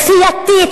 כפייתית,